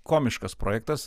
komiškas projektas